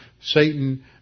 Satan